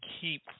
keep